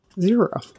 zero